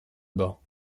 bas